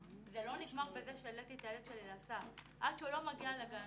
זה לא נגמר בזה שהעליתי את הילד שלי להסעה אלא זה עד שהוא מגיע לגן